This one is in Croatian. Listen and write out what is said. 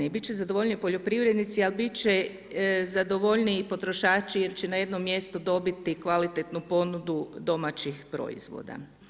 Biti će zadovoljni poljoprivrednici, ali biti će zadovoljni i potrošači jer će na jednom dobiti kvalitetnu ponudu domaćih proizvoda.